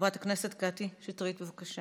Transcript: חברת הכנסת קטי שטרית, בבקשה.